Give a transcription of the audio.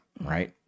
right